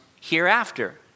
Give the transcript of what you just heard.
hereafter